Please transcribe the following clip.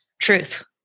truth